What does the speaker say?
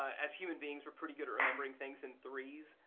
as human beings we're pretty good at remembering things in threes,